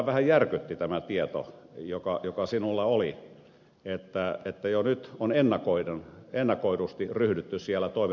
vähän järkytti tämä tieto joka teillä oli että jo nyt on ennakoidusti ryhdytty siellä toimenpiteisiin